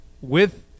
with-